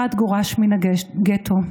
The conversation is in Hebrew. אחד גורש מן הגטו.